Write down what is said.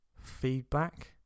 feedback